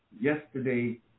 Yesterday